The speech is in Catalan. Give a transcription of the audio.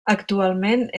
actualment